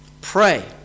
Pray